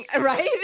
right